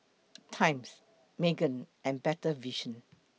Times Megan and Better Vision